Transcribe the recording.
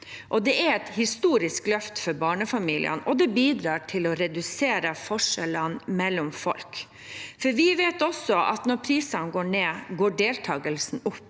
Dette er et historisk løft for barnefamiliene, og det bidrar til å redusere forskjellene mellom folk. Vi vet at når prisene går ned, går deltakelsen opp.